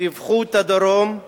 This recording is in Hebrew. טיווחו את הדרום,